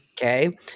Okay